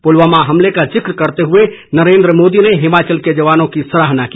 पुलवामा हमले का जिक्र करते हुए नरेन्द्र मोदी ने हिमाचल के जवानों की सराहना की